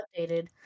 updated